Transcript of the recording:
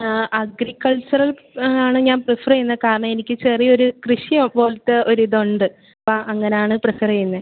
agricultural ആണ് ഞാൻ prefer ചെയ്യുന്നത് കാരണം എനിക്ക് ചെറിയൊരു കൃഷി പോലത്തെ ഒരു ഇതുണ്ട് ആ അങ്ങനെയാണ് പ്രിഫർ ചെയ്യുന്നത്